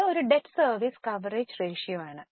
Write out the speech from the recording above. അത് ഒരു debt service coverage അനുപാതമാണ്